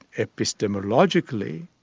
epistemiologically,